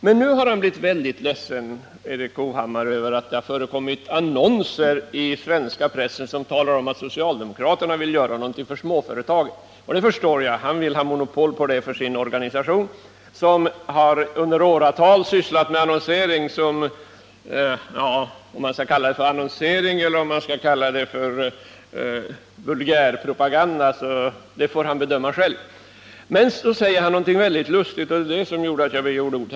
Men nu är Erik Hovhammar väldigt ledsen — vilket jag förstår — över att det förekommit annnonser i svenska pressen, som talar om att socialdemokraterna vill göra något för småföretagen. Han vill ha monopol på det för sin organisation som i åratal sysslat med annonsering —- om man skall kalla det för annonsering eller för vulgärpropaganda får Erik Hovhammar själv bedöma. Men så säger Erik Hovhammar något väldigt lustigt, vilket gjorde att jag begärde ordet.